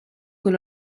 con